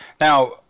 Now